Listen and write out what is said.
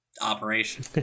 operation